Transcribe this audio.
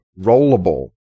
Rollable